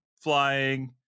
flying